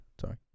Sorry